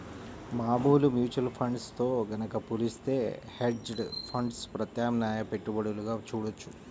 మామూలు mutual funds తో గనక పోలిత్తే హెడ్జ్ ఫండ్స్ ప్రత్యామ్నాయ పెట్టుబడులుగా చూడొచ్చు